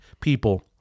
people